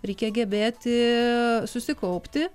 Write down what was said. reikia gebėti susikaupti